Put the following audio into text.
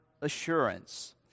assurance